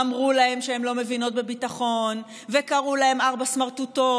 אמרו להן שהן לא מבינות בביטחון וקראו להם ארבע סמרטוטות.